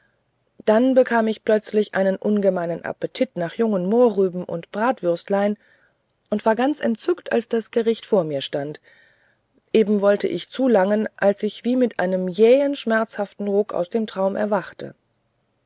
dann bekam ich plötzlich einen ungemeinen appetit nach jungen mohrrüben und bratwürstlein und war ganz entzückt als das gericht vor mir stand eben wollte ich zulangen als ich wie mit einem jähen schmerzhaften ruck aus dem traum erwachte